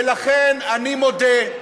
ולכן, אני מודה,